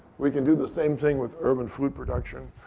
we can do the same thing with urban food production.